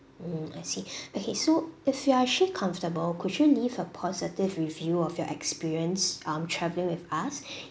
mm I see okay so if you are actually comfortable could you leave a positive review of your experience um travelling with us